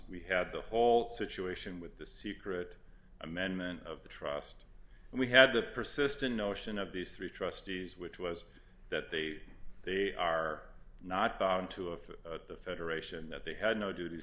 we had the whole situation with the secret amendment of the trust and we had the persistent notion of these three trustees which was that they they are not bought into a federation that they had no duties